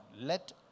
let